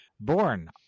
Born